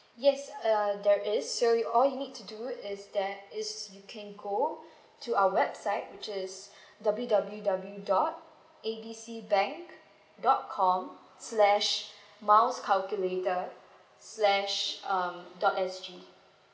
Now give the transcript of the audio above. yes uh there is so all you need to do is that is you can go to our website which is W W W dot A B C bank dot com slash miles calculator slash um dot S G